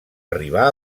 arribar